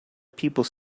people